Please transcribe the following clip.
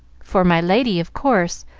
for my lady, of course.